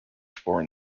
foreign